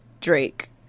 Drake